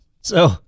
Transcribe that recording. So-